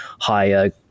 higher